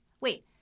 Wait